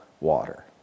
water